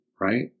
right